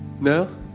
No